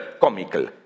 comical